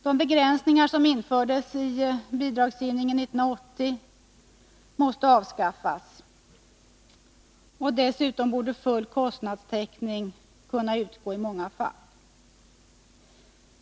De begränsningar som infördes i bidragsgivningen 1980 måste avskaffas. Dessutom borde full kostnadstäckning kunna utgå i många fall.